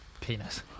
Penis